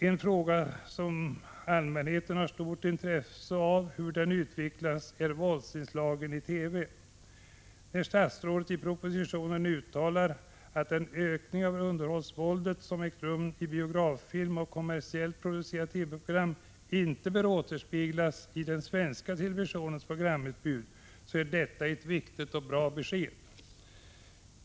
En fråga där allmänheten har stort intresse av att få veta något om utvecklingen är våldsinslagen i TV. Statsrådets uttalande i propositionen att den ökning av underhållsvåldet som har ägt rum i biograffilm och kommersiellt producerade TV-program inte bör återspeglas i den svenska televisionens programutbud är ett viktigt och bra besked.